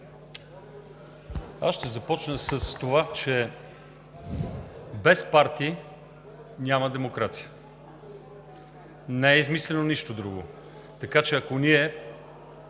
Аз ще започна с това, че без партии няма демокрация. Не е измислено нищо друго, така че ако ние